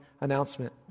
announcement